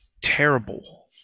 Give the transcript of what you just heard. terrible